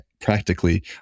practically